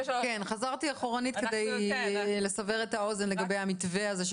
חזרתי אחורה כדי לסבר את האוזן לגבי המתווה הזה,